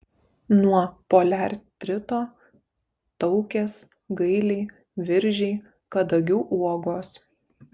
nuo poliartrito taukės gailiai viržiai kadagių uogos